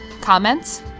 Comments